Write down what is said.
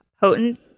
potent